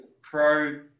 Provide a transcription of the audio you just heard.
pro-